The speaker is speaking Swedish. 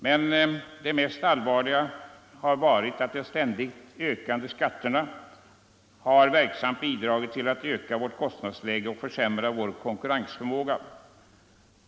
Men det allvarligaste har varit att de ständigt ökande skatterna verksamt bidragit till att öka vårt kostnadsläge och försämra vår konkurrensförmåga.